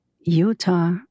Utah